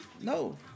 No